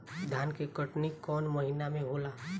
धान के कटनी कौन महीना में होला?